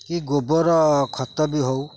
କି ଗୋବର ଖତ ବି ହଉ